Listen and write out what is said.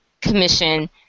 commission